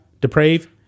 depraved